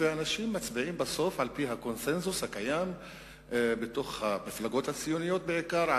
ואנשים מצביעים בסוף על-פי הקונסנזוס הקיים במפלגות הציוניות בעיקר,